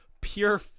pure